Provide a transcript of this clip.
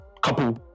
couple